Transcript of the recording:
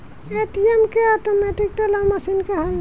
ATM के automatic teller machine कहाला